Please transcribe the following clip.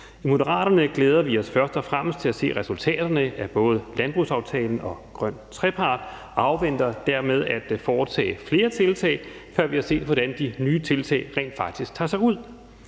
I Moderaterne glæder vi os først og fremmest til at se resultaterne af både landbrugsaftalen og Grøn trepart, og vi afventer dermed, at der foretages flere tiltag, før vi har set, hvordan de nye tiltag rent faktisk tager sig ud.